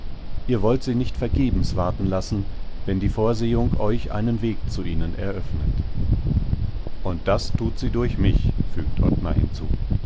ihr wollt sie nicht vergebens warten lassen wenn die vorsehung euch einen weg zu ihnen eröffnet und das tut sie durch mich fügt ottmar hinzu